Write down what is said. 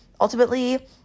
ultimately